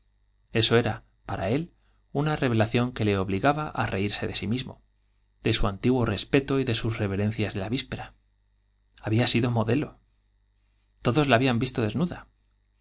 eso era para él una revelación que le obli gaba á reirse de sí mismo de su antiguo respeto y de sus reverencias de la víspera i había sido modelo i todos la habían visto desnuda